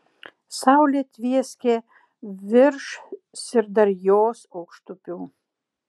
saulė tvieskė virš syrdarjos aukštupių